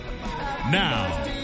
Now